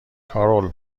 کارول